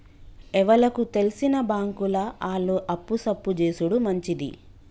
ఎవలకు తెల్సిన బాంకుల ఆళ్లు అప్పు సప్పు జేసుడు మంచిది